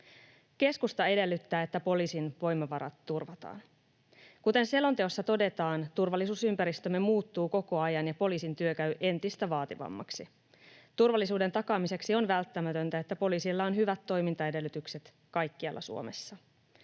Keskusta edellyttää, että poliisin voimavarat turvataan. Kuten selonteossa todetaan, turvallisuusympäristömme muuttuu koko ajan ja poliisin työ käy entistä vaativammaksi. Turvallisuuden takaamiseksi on välttämätöntä, että poliiseilla on hyvät toimintaedellytykset kaikkialla Suomessa.